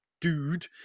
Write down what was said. dude